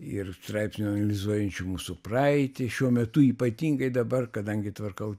ir straipsnių analizuojančių mūsų praeitį šiuo metu ypatingai dabar kadangi tvarkau